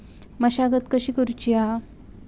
मशागत कशी करूची हा?